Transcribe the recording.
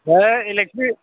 electric